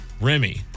Remy